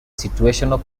situational